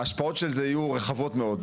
ההשפעות של זה יהיו רחבות מאוד.